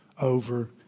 over